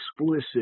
explicit